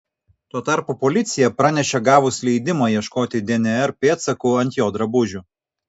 tuo tarpu policija pranešė gavus leidimą ieškoti dnr pėdsakų ant jo drabužių